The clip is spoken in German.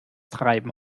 treiben